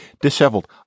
Disheveled